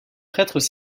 prêtres